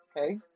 okay